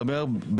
אני מדבר בשקט.